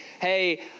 Hey